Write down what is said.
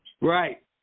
Right